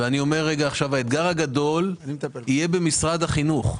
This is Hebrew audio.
האתגר הגדול בסוף יהיה במשרד החינוך,